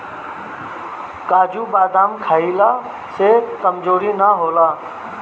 काजू बदाम खइला से कमज़ोरी ना होला